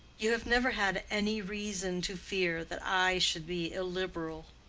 you have never had any reason to fear that i should be illiberal.